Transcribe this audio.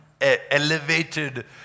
elevated